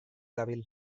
dabil